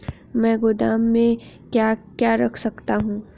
मैं गोदाम में क्या क्या रख सकता हूँ?